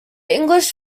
english